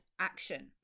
action